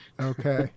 Okay